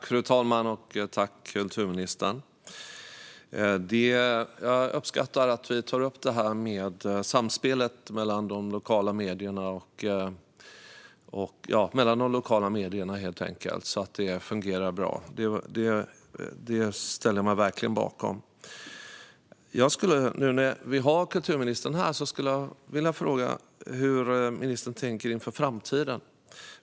Fru talman! Jag uppskattar att vi tar upp frågan om samspelet mellan de lokala medierna så att det fungerar bra. Det ställer jag mig verkligen bakom. Nu när vi har kulturministern här vill jag fråga hur ministern tänker inför framtiden.